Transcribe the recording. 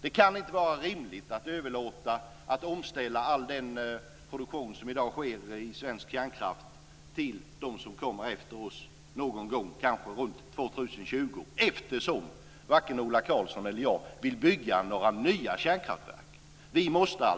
Det kan inte vara rimligt att överlåta att omställa all den produktion som i dag sker i svensk kärnkraft till dem som kommer efter oss någon gång, kanske runt år 2020, eftersom varken Ola Karlsson eller jag vill bygga några nya kärnkraftverk. Vi måste